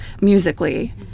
musically